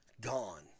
gone